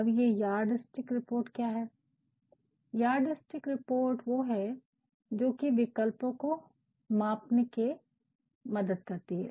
अब ये yardstick report क्या है यार्डस्टिक रिपोर्ट वो है जो कि विकल्पों को मापने में मदद करती है